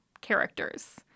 characters